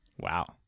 Wow